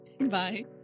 bye